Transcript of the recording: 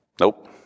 Nope